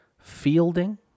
fielding